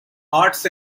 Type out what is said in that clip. arts